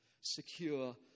secure